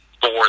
four